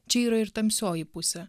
čia yra ir tamsioji pusė